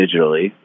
digitally